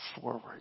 forward